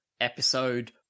episode